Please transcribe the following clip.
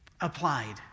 applied